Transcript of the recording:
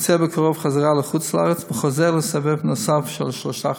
חוזר בקרוב לחוץ לארץ ויחזור לסבב נוסף של שלושה חדשים,